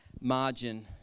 margin